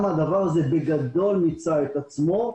גם הדבר הזה בגדול מיצה את עצמו.